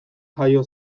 jaio